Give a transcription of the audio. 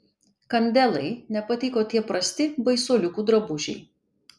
kandelai nepatiko tie prasti baisuoliukų drabužiai